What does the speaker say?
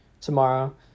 tomorrow